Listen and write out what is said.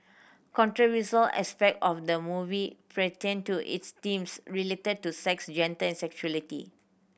controversial aspect of the movie pertained to its themes related to sex gender and sexuality